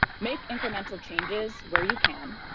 make incremental changes where you can,